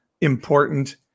important